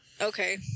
okay